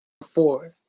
four